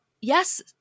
yes